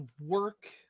work